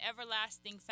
everlasting